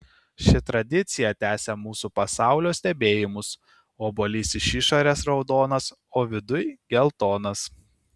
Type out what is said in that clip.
ši tradicija tęsia mūsų pasaulio stebėjimus obuolys iš išorės raudonas o viduj geltonas